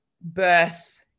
birth